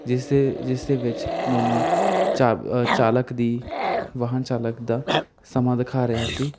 ਜਿਸ ਜਿਸ ਦੇ ਵਿੱਚ ਮੈਨੂੰ ਚਾ ਅ ਚਾਲਕ ਦੀ ਵਾਹਨ ਚਾਲਕ ਦਾ ਸਮਾਂ ਦਿਖਾ ਰਿਹਾ ਸੀ